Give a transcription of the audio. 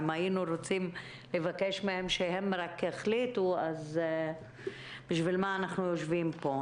אם היינו רוצים לבקש שרק הם יחליטו אז בשביל מה אנחנו יושבים פה?